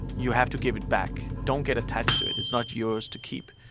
you have to give it back. don't get attached to it. it's not yours to keep.